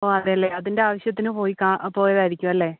ഓ അതേല്ലേ അതിൻ്റെ ആവശ്യത്തിന് പോയി കാണ് പോയതായിരിക്കുവല്ലേ